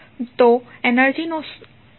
તો એનર્જી શું છે